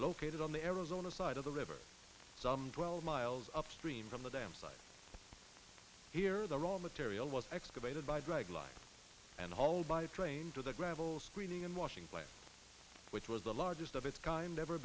located on the arizona side of the river some twelve miles upstream from the dam site here the raw material was excavated by greg life and hauled by train to the gravel screening and washing plant which was the largest of its kind ever